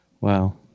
wow